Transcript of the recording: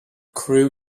crew